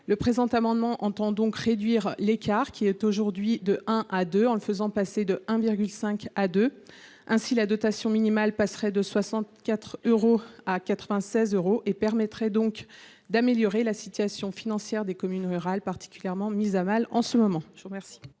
amendement a donc pour objet de réduire l’écart, qui est aujourd’hui de 1 à 2, en le faisant passer de 1,5 à 2. Ainsi, la dotation minimale passerait de 64 euros à 96 euros, ce qui permettrait d’améliorer la situation financière des communes rurales, particulièrement mises à mal en ce moment.